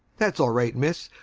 that's all right, miss.